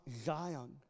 Zion